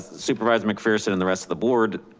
supervisor mcpherson and the rest of the board.